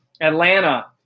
Atlanta